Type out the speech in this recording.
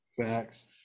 Facts